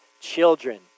children